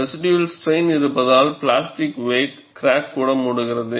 residual strain இருப்பதால் plastic wake crack கூட மூடுகிறது